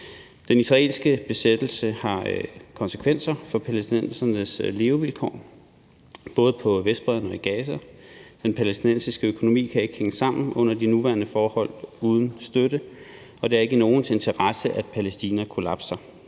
Den israelske besættelse har konsekvenser for palæstinensernes levevilkår, både på Vestbredden og i Gaza. Den palæstinensiske økonomi kan ikke hænge sammen under de nuværende forhold uden støtte, og det er ikke i nogens interesse, at Palæstina kollapser.